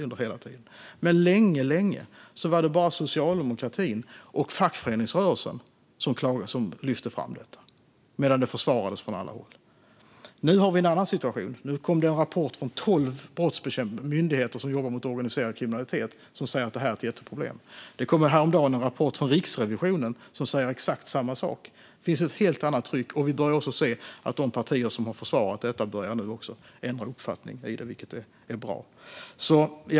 Under lång tid var det bara socialdemokratin och fackföreningsrörelsen som lyfte fram det medan det försvarades från alla andra håll. Nu är det en annan situation. Det kom en rapport från tolv myndigheter som jobbar mot organiserad kriminalitet där man säger att det här är ett jätteproblem. Häromdagen kom en rapport från Riksrevisionen där man säger exakt samma sak. Det finns nu ett helt annat tryck. Vi ser också att de partier som har försvarat det börjar ändra uppfattning, vilket är bra.